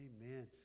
Amen